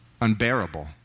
Unbearable